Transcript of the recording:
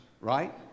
right